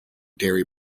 dairy